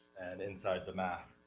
and inside the math.